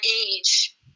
age